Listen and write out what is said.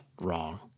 wrong